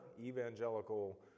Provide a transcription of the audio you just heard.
evangelical